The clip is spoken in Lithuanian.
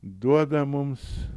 duoda mums